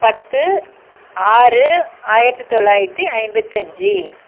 பத்து ஆறு ஆயிரத்தி தொள்ளாயிரத்தி ஐம்பத்தஞ்சு